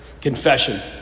confession